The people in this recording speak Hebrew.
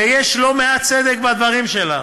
ויש לא מעט צדק בדברים שלך.